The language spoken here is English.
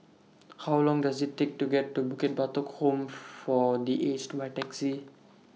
How Long Does IT Take to get to Bukit Batok Home For The Aged By Taxi